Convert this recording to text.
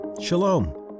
Shalom